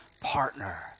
partner